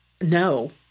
no